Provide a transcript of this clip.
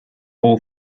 all